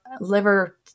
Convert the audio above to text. liver